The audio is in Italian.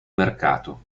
mercato